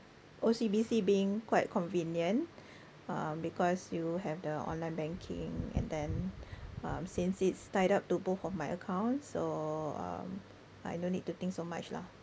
O_C_B_C being quite convenient um because you have the online banking and then um since it's tied up to both of my accounts so um I no need to think so much lah